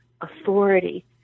authority